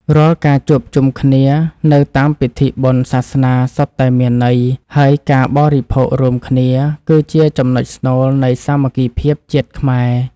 រាល់ការជួបជុំគ្នានៅតាមពិធីបុណ្យសាសនាសុទ្ធតែមានន័យ ហើយការបរិភោគរួមគ្នា គឺជាចំណុចស្នូលនៃសាមគ្គីភាពជាតិខ្មែរ។